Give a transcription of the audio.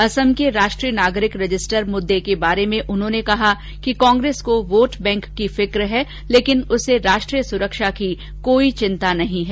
असम के राष्ट्रीय नागरिक रजिस्टर मुद्दे के बारे में उन्होंने कहा कि कांग्रेस को वोट बैंक की फिक्र है लेकिन उसे राष्ट्रीय सुरक्षा की कोई चिन्ता नहीं है